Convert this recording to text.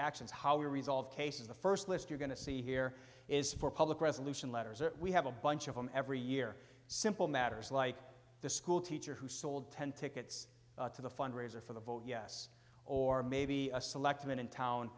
actions how we resolve cases the st list you're going to see here is for public resolution letters or we have a bunch of them every year simple matters like the school teacher who sold ten tickets to the fundraiser for the vote yes or maybe a selectman in town